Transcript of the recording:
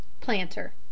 Planter